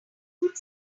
would